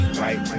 right